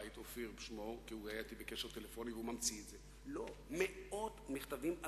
כנער שיכור הלום סבאו ומתבוסס בקיאו / למען השב רוחכם וכוחכם